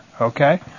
Okay